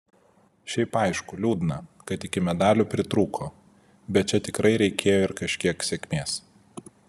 šiaip aišku liūdna kad iki medalių pritrūko bet čia tikrai reikėjo ir kažkiek sėkmės